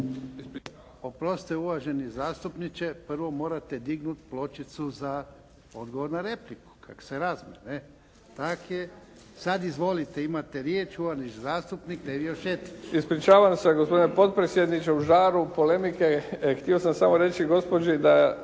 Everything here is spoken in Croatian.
Oprostite uvaženi zastupniče, prvo morate dignut pločicu za odgovor na repliku kak' se razme ne. Tak je. Sad izvolite, imate riječ, uvaženi zastupnik Nevio Šteić. **Šetić, Nevio (HDZ)** Ispričavam se gospodine potpredsjedniče, u žaru polemike htio sam samo reći gospođi da